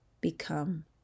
become